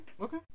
okay